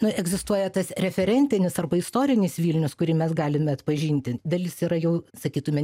na egzistuoja tas referentinis arba istorinis vilnius kurį mes galime atpažinti dalis yra jau sakytume